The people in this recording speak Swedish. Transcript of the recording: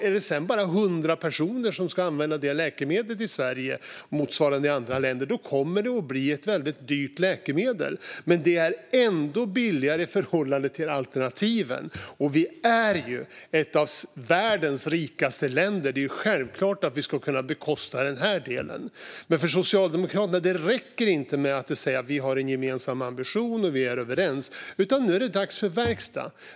Om det sedan bara är 100 personer som ska använda det läkemedlet i Sverige och motsvarande i andra länder kommer det såklart att bli ett väldigt dyrt läkemedel. Men det är ändå billigare i förhållande till alternativen. Vi är ett av världens rikaste länder. Det är självklart att vi ska kunna bekosta den här delen. Det räcker inte att Socialdemokraterna säger att vi har en gemensam ambition och att vi är överens. Nu är det är dags att det blir verkstad.